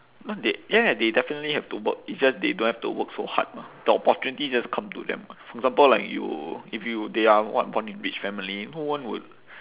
no they ya ya they definitely have to work it's just they don't have to work so hard mah the opportunity just come to them [what] for example like you if you they are what born in rich family no one would